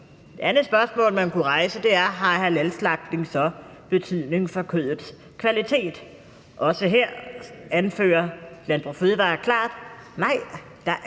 Et andet spørgsmål, man kunne rejse, er: Har halalslagtning så betydning for kødets kvalitet? Også her anfører Landbrug & Fødevarer klart: Nej, der er